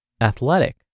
athletic